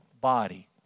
body